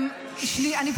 שנייה,